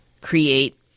create